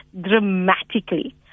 dramatically